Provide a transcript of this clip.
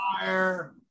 fire